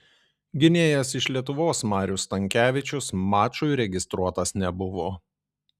gynėjas iš lietuvos marius stankevičius mačui registruotas nebuvo